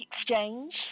exchange